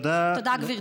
תודה, גברתי.